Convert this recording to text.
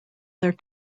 their